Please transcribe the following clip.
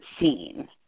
seen